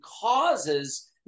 causes